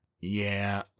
Yeah